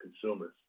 consumers